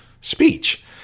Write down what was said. speech